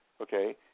okay